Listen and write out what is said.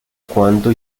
quanto